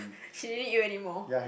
she need you anymore